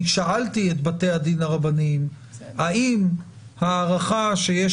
תראו ששאלתי את בתי הדין הרבניים: האם ההערכה שיש